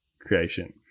creation